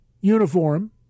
uniform